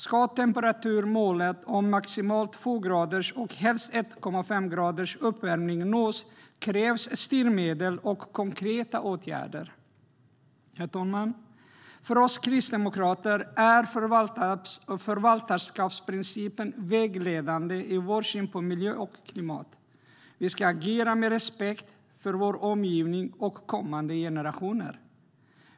Ska temperaturmålet om maximalt 2 graders och helst 1,5 graders uppvärmning nås krävs styrmedel och konkreta åtgärder. Herr talman! För oss kristdemokrater är förvaltarskapsprincipen vägledande i vår syn på miljö och klimat. Vi ska agera med respekt för vår omgivning och kommande generationer.